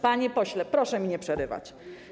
Panie pośle, proszę mi nie przerywać.